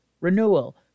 Renewal